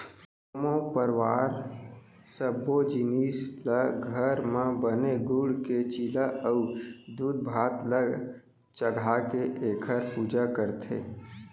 जम्मो परवार सब्बो जिनिस ल घर म बने गूड़ के चीला अउ दूधभात ल चघाके एखर पूजा करथे